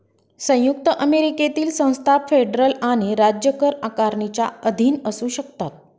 संयुक्त अमेरिकेतील संस्था फेडरल आणि राज्य कर आकारणीच्या अधीन असू शकतात